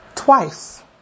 Twice